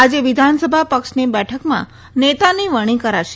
આજે વિધાનસભા પક્ષની બેઠકમાં નેતાની વરણી કરશે